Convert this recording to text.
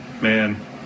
man